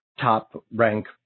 top-rank